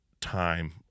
time